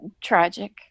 tragic